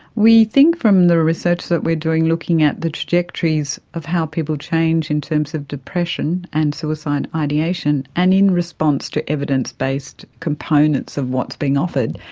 we think from the research that we're doing looking at the trajectories of how people change in terms of depression and suicide ideation and in response to evidence-based components of what is being offered,